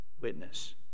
witness